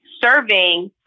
serving